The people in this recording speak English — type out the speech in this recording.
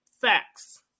Facts